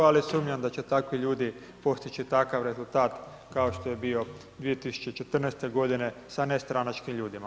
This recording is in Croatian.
Ali sumnjam da će takvi ljudi postići takav rezultat kao što je bio 2014. godine sa nestranačkim ljudima.